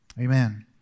Amen